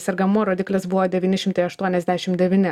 sergamumo rodiklis buvo devyni šimtai aštuoniasdešim devyni